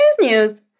news